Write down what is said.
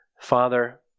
Father